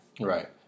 Right